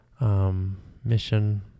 Mission